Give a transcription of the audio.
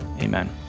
Amen